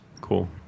Cool